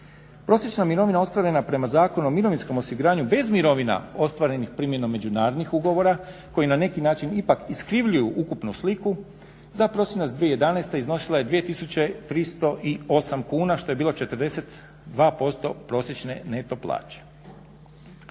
Prosječna mirovina ostvarena je prema Zakonu o mirovinskom osiguranju bez mirovina ostvarenih primjenom međunarodnih ugovora koji na neki način ipak iskrivljuju ukupnu sliku za prosinac 2011.iznosila je 2308 kuna što je bilo 42% prosječne neto plaće.